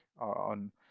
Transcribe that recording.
on